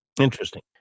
Interesting